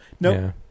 no